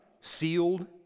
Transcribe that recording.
sealed